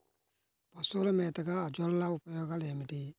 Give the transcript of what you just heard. పశువుల మేతగా అజొల్ల ఉపయోగాలు ఏమిటి?